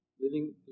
Living